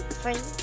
free